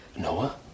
Noah